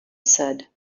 said